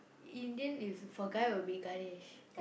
Indian if for guy will be Ganesh